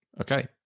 Okay